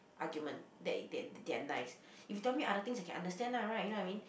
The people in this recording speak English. argument that that they are nice if you tell me other things I can understand lah right you know what I mean